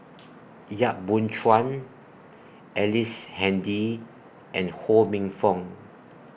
Yap Boon Chuan Ellice Handy and Ho Minfong